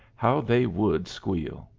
how they would squeal!